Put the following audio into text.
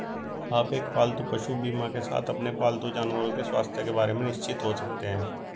आप एक पालतू पशु बीमा के साथ अपने पालतू जानवरों के स्वास्थ्य के बारे में निश्चिंत हो सकते हैं